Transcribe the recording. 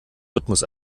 rhythmus